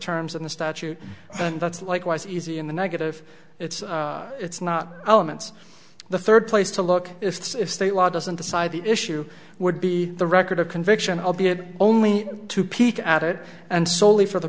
terms in the statute and that's likewise easy in the negative it's it's not elements the third place to look it's state law doesn't decide the issue would be the record of conviction albeit only to peek at it and solely for the